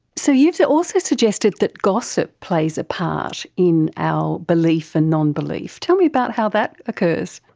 so you've so also suggested that gossip plays a part in our belief and nonbelief. tell me about how that occurs.